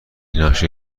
نقشه